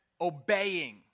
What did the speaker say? obeying